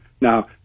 Now